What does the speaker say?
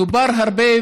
דובר הרבה,